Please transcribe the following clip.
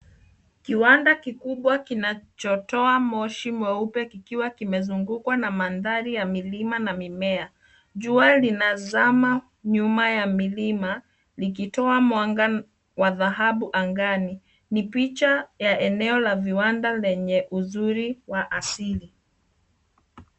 Kiwanda kikubwa kinachotoa moshi mweupe kikiwa kimezungukwa na mandhari ya milima na mimea. Jua linazama nyuma ya milima likitoa mwanga wa dhahabu angani. Ni picha ya eneo la viwanda lenye uzuri wa asili.